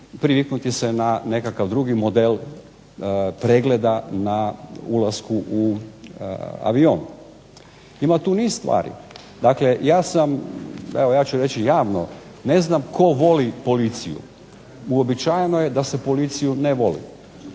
priviknuti se na nekakav drugi model pregleda na ulasku u avion. Ima tu niz stvari, dakle ja sam, evo ja ću reći javno, ne znam tko voli policiju, uobičajeno je da se policiju ne voli,